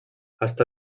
està